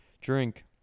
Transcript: drink